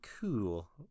cool